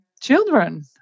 children